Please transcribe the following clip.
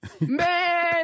Man